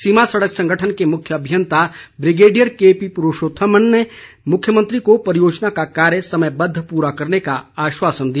सीमा सड़क संगठन के मुख्य अभियंता ब्रिगेडियर केपी पुरूषोथमन ने मुख्यमंत्री को परियोजना का कार्य समयबद्ध पूरा करने का आश्वासन दिया